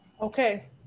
Okay